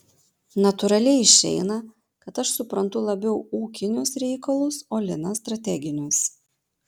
natūraliai išeina kad aš suprantu labiau ūkinius reikalus o linas strateginius